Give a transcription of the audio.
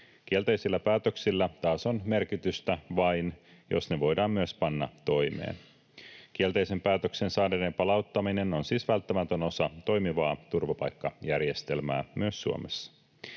Kielteisillä päätöksillä taas on merkitystä vain, jos ne voidaan myös panna toimeen. Kielteisen päätöksen saaneiden palauttaminen on siis välttämätön osa toimivaa turvapaikkajärjestelmää myös Suomessa.